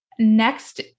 Next